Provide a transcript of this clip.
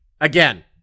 Again